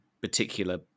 particular